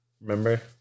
Remember